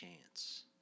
chance